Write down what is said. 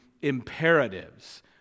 imperatives